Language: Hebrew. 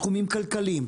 תחומים כלכליים,